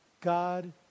God